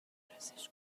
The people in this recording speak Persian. بررسیش